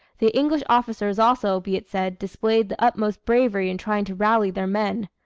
the english officers, also, be it said, displayed the utmost bravery in trying to rally their men.